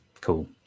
Cool